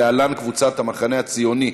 להלן: קבוצת סיעת המחנה הציוני.